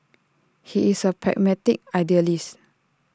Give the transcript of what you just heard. he is A pragmatic idealist